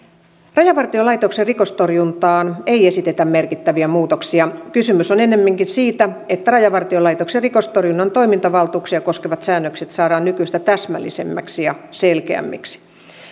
rajavartiolaitoksen rikostorjuntaan ei esitetä merkittäviä muutoksia kysymys on ennemminkin siitä että rajavartiolaitoksen rikostorjunnan toimintavaltuuksia koskevat säännökset saadaan nykyistä täsmällisemmiksi ja selkeämmiksi